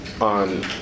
on